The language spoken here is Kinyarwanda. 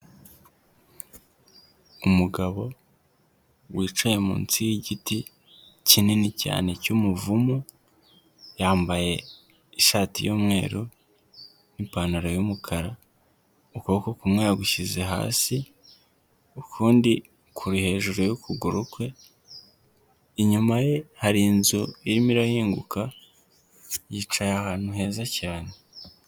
Umugabo wicaye munsi y'igiti kinini cyane cy'umuvumu yambaye ishati y'umweru n'ipantaro y'umukara ukuboko kumwe gushyize hasi ukundi kure hejuru y'ukuguru kwe inyuma ye hari inzu irimo irahinguka yicaye ahantu heza cyane.